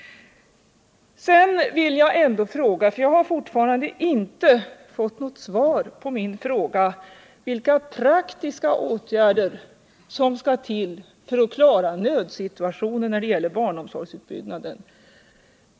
Sedan vill jag upprepa min fråga, för den har jag fortfarande inte fått något svar på: Vilka praktiska åtgärder är det som skall till för att klara nödsituationen när det gäller barnomsorgsutbyggnaden?